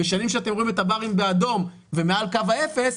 בשנים שאתם רואים את הברים באדום ומעל קו האפס,